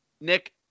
Nick